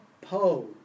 Poe